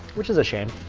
which is a shame